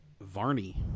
Varney